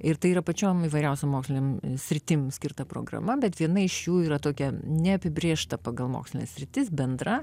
ir tai yra pačiom įvairiausiom mokslinėm sritims skirta programa bet viena iš jų yra tokia neapibrėžta pagal mokslo sritis bendra